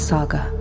Saga